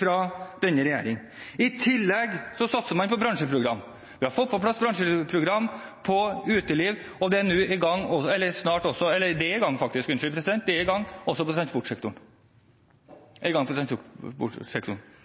fra denne regjeringen. I tillegg satser man på bransjeprogram. Vi har fått på plass bransjeprogram for uteliv, og det er i gang også for transportsektoren – viktige tiltak. Vi er også i gang med å forbedre ID-kort i